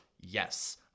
Yes